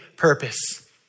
purpose